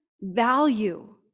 value